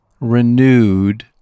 renewed